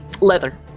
Leather